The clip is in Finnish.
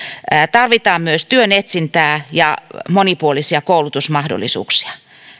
tarvitaan myös työn etsintää ja monipuolisia koulutusmahdollisuuksia